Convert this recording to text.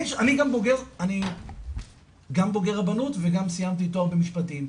אני גם בוגר רבנות וגם סיימתי תואר במשפטים,